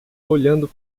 olhando